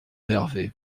herve